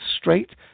straight